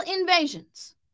invasions